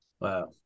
Wow